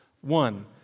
One